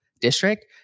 district